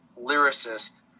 lyricist